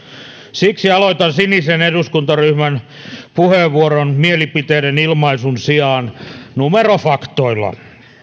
siksi aloitan sinisen eduskuntaryhmän puheenvuoron mielipiteiden ilmaisun sijaan numerofaktoilla